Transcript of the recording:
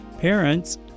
parents